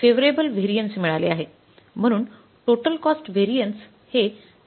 म्हणून total cost variance हे 376